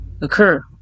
occur